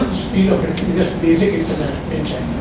speed of basic internet